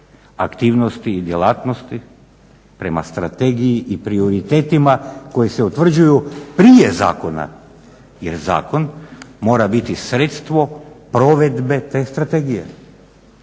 aktivnosti i djelatnosti prema strategiji i prioritetima koji se utvrđuju prije zakona jer zakon mora biti sredstvo provedbe te strategije.